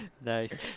Nice